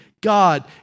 God